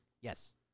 yes